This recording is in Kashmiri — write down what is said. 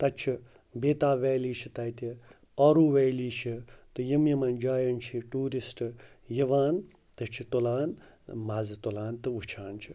تَتہِ چھِ بیتاب ویلی چھِ تَتہِ آروٗ ویلی چھِ تہٕ یِم یِمَن جایَن چھِ ٹوٗرِسٹ یِوان تہٕ چھِ تُلان مَزٕ تُلان تہٕ وٕچھان چھِ